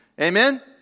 Amen